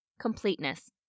Completeness